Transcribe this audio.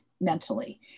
mentally